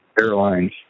Airlines